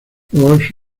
walsh